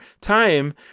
time